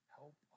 help